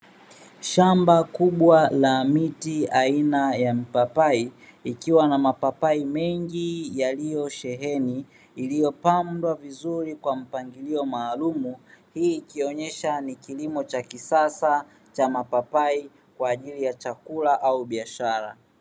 Shamba kubwa la miti aina ya mpapai, ikiwa na mapapai mengi yaliyosheheni, iliyopandwa vizuri kwa mpangilio maalumu, hii ikionyesha ni kilimo cha kisasa cha mapapai kwa ajili ya chakula au biashara.